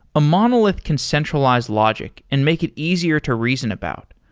a monol ith can centralize logic and make it easier to reason about.